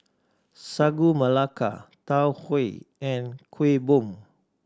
Sagu Melaka Tau Huay and Kueh Bom